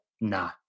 Nah